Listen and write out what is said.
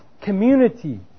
community